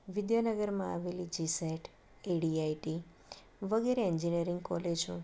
વિધ્યાનગરમાં આવેલી GCET ADIT વગેરે engineering કોલેજો